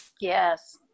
Yes